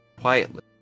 quietly